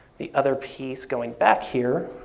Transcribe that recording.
the other piece, going back here